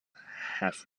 have